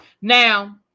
Now